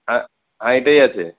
হ্যাঁ হ্যাঁ এটাই আছে